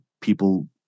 people